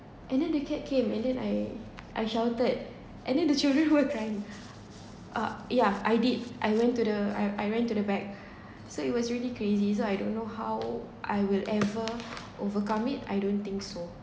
and then the cat came and then I I shouted and then the children who were trying ah yeah I did I went to the I I went to the back so it was really crazy so I don't know how I will ever overcome it I don't think so